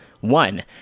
One